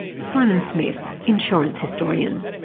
simon smith, insurance historian.